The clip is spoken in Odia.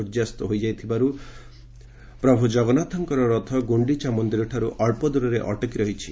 ସ୍ୱର୍ଯ୍ୟାସ୍ତ ହୋଇଯାଇଥିବାରୁ ଭଗବାନ ଜଗନ୍ନାଥଙ୍କର ରଥ ଗୁଣ୍ଡିଚା ମନ୍ଦିରଠାରୁ ଅକ୍ଷଦରରେ ଅଟକି ରହିଛି